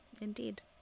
Indeed